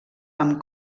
amb